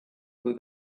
kui